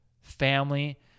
family